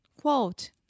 Quote